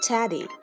Teddy